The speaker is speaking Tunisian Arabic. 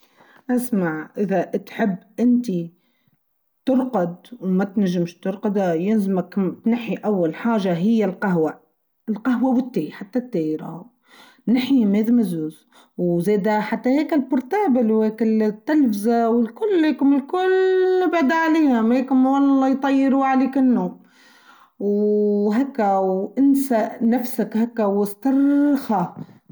أسمع إذا تحب أنت ترقد وما تنجمش ترقدها ينزمك نحي أول حاجة هي القهوة القهوة والتيي حتى التير هاو نحي ماذا مزوز وزيدا حتى هيك البرتابل ويك التلفزة ولكللللل بدا عليهم هيك و الله يطيروا عليك النوم وهكا وانسى نفسك هكا وسترررررخا.